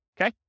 Okay